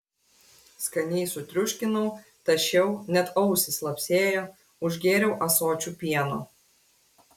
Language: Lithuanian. skaniai sutriuškinau tašiau net ausys lapsėjo užgėriau ąsočiu pieno